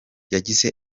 yagize